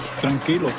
tranquilo